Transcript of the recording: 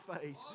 faith